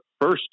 first